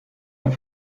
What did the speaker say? ein